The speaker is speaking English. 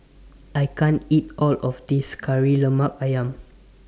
I can't eat All of This Kari Lemak Ayam